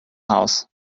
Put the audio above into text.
house